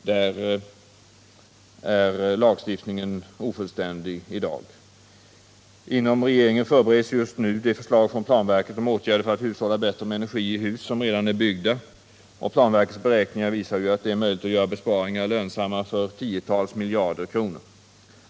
Här är lagstiftningen ofullständig i dag. Inom regeringen förbereds just nu ett förslag från planverket om åtgärder för att hushålla bättre med energi i hus som redan är byggda, och planverkets beräkningar visar att det är möjligt att göra lönsamma besparingar på tiotals miljarder kronor.